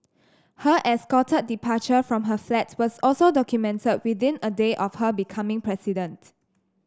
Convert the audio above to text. her escorted departure from her flat was also documented within a day of her becoming president